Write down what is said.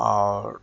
اور